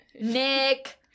Nick